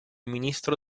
ministro